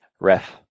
ref